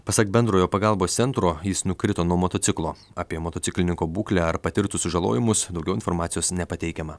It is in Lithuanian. pasak bendrojo pagalbos centro jis nukrito nuo motociklo apie motociklininko būklę ar patirtus sužalojimus daugiau informacijos nepateikiama